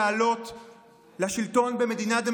אתה מפחיד את הילדים האלה,